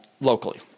locally